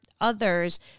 others